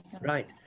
Right